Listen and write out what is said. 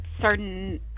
certain